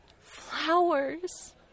Flowers